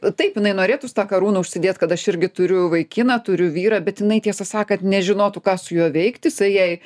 taip jinai norėtų tą karūną užsidėt kad aš irgi turiu vaikiną turiu vyrą bet jinai tiesą sakant nežinotų ką su juo veikti jisai jai